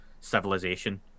civilization